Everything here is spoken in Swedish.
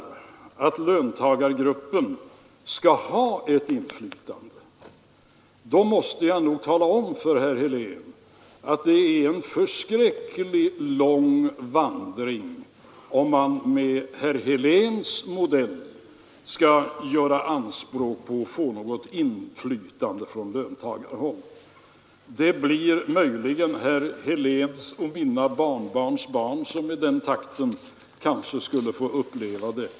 Jag fondens förvaltning, måste tala om för herr Helén att det blir en förskräckligt lång vandring, ”. m. om man enligt hans modell skall få något inflytande från löntagarhåll. Det skulle möjligen bli herr Heléns och mina barnbarn som med den takten kunde få uppleva det.